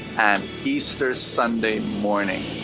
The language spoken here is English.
and easter sunday morning.